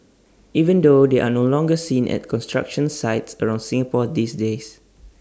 even though they're no longer seen at construction sites around Singapore these days